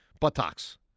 buttocks